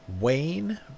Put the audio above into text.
Wayne